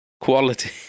Quality